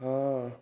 हाँ